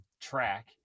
track